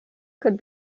could